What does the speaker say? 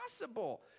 possible